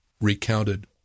recounted